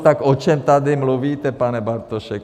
Tak o čem tady mluvíte, pane Bartošek?